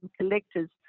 collectors